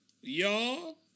y'all